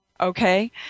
Okay